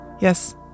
yes